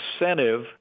incentive